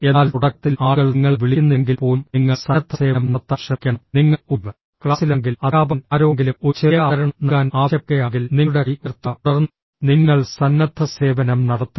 എന്നാൽ തുടക്കത്തിൽ ആളുകൾ നിങ്ങളെ വിളിക്കുന്നില്ലെങ്കിൽ പോലും നിങ്ങൾ സന്നദ്ധസേവനം നടത്താൻ ശ്രമിക്കണം നിങ്ങൾ ഒരു ക്ലാസിലാണെങ്കിൽ അദ്ധ്യാപകൻ ആരോടെങ്കിലും ഒരു ചെറിയ അവതരണം നൽകാൻ ആവശ്യപ്പെടുകയാണെങ്കിൽ നിങ്ങളുടെ കൈ ഉയർത്തുക തുടർന്ന് നിങ്ങൾ സന്നദ്ധസേവനം നടത്തുക